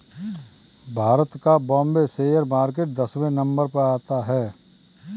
भारत का Bombay share market दसवें number पर आता है